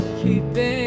keeping